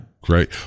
great